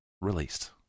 released